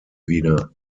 wieder